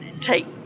take